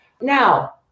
Now